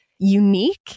unique